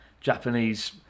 Japanese